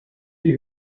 die